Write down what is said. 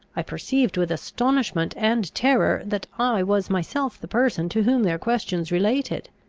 i perceived, with astonishment and terror, that i was myself the person to whom their questions related.